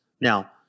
Now